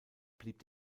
blieb